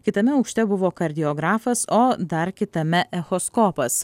kitame aukšte buvo kardiografas o dar kitame echoskopas